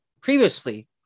previously